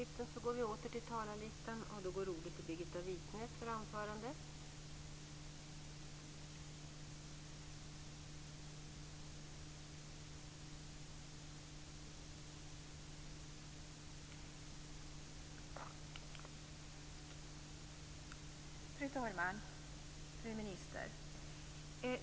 Fru talman! Fru minister!